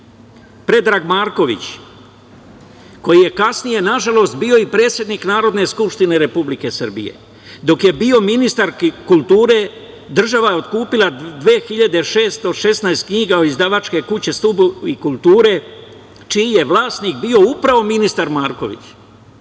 Predrag Marković koji je kasnije nažalost bio i predsednik Narodne skupštine Republike Srbije. Dok je bio ministar kulture država je otkupila 2.616 knjiga od izdavačke kuće „Stubovi kulture“ čiji je vlasnik bio upravo ministar Marković.